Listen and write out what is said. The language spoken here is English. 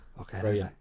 okay